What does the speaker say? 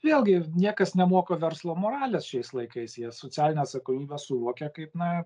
vėlgi niekas nemoko verslo moralės šiais laikais jie socialinę atsakomybę suvokia kaip na